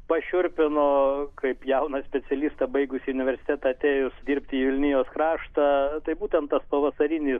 pašiurpino kaip jauną specialistą baigusį universitetą atėjus dirbti į vilnijos kraštą tai būtent tas pavasarinis